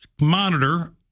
monitor